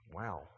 Wow